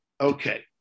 Okay